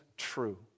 true